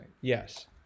Yes